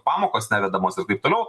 pamokos nevedamos ir taip toliau